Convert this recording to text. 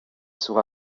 sera